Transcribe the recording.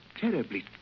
terribly